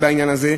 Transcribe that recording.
בעניין הזה,